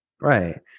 Right